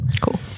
cool